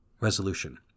Resolution